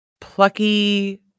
plucky